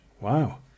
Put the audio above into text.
wow